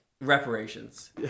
reparations